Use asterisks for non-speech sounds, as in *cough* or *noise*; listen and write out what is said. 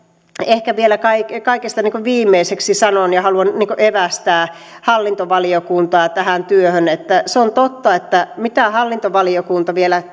ehkä vielä kaikista viimeisimmäksi sanon ja haluan evästää hallintovaliokuntaa tähän työhön että se on totta että mitä hallintovaliokunta vielä *unintelligible*